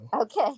okay